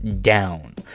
down